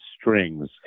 strings